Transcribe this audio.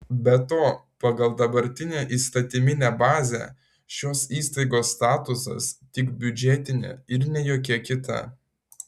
be to pagal dabartinę įstatyminę bazę šios įstaigos statusas tik biudžetinė ir ne jokia kita